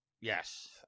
Yes